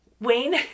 Wayne